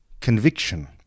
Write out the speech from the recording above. conviction